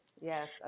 Yes